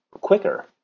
quicker